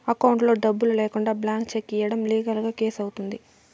అకౌంట్లో డబ్బులు లేకుండా బ్లాంక్ చెక్ ఇయ్యడం లీగల్ గా కేసు అవుతుంది